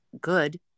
good